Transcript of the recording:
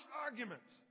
arguments